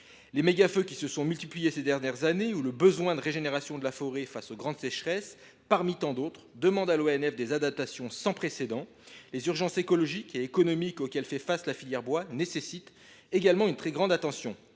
Les mégafeux qui se sont multipliés ces dernières années, ou le besoin de régénération de la forêt face aux grandes sécheresses, entre autres, demandent à l’ONF des adaptations sans précédent. Les urgences écologiques et économiques auxquelles la filière bois fait face nécessitent également une très grande attention.